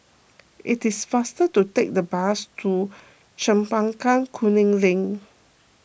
it is faster to take the bus to Chempaka Kuning Link